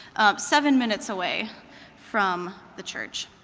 seven minutes away from the church.